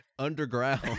Underground